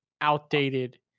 outdated